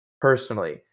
personally